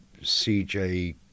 CJ